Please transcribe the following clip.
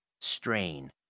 strain